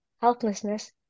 helplessness